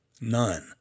None